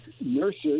nurses